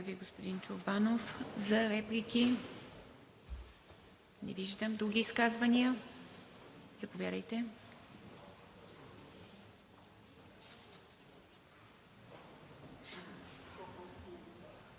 Благодаря Ви, господин Чорбанов. За реплики? Не виждам. Други изказвания? Заповядайте,